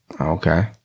Okay